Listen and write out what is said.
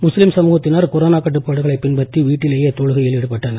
முஸ்லீம் சமூகத்தினர் கொரோனா கட்டுப்பாடுகளை பின்பற்றி வீட்டிலேயே தொழுகையில் ஈடுபட்டனர்